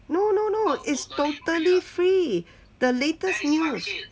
no no no is totally free the latest news